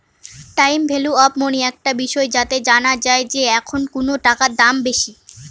time value of money একটা বিষয় যাতে জানা যায় যে এখন কোনো টাকার দাম বেশি